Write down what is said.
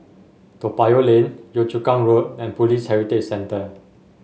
Toa Payoh Lane Yio Chu Kang Road and Police Heritage Centre